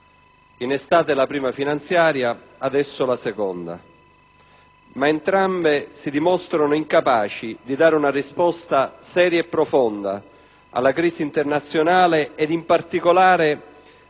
In estate la prima finanziaria, adesso la seconda, ma entrambe si dimostrano incapaci di dare una risposta seria e profonda alla crisi internazionale e, in particolare,